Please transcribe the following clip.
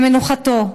ומנוחתו".